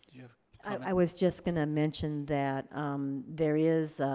yeah i was just gonna mention that there is